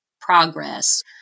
progress